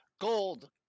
gold